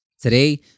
today